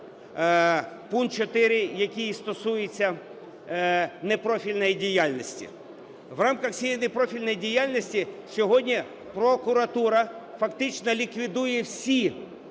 пункт 4, який стосується непрофільної діяльності. В рамках цієї непрофільної діяльності сьогодні прокуратура фактично ліквідує всі